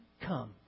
come